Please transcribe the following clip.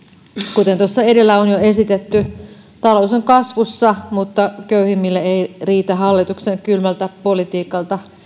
kuten tuossa edellä on jo esitetty talous on kasvussa mutta köyhimmille ei riitä hallituksen kylmältä politiikalta